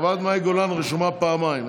חברת הכנסת מאי גולן רשומה פעמיים,